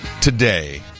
today